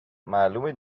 معلومه